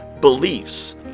beliefs